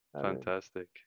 Fantastic